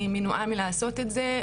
היא מנועה מלעשות את זה,